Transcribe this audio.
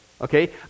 Okay